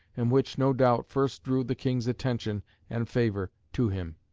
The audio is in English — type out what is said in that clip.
and which, no doubt, first drew the king's attention and favour to him.